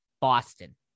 Boston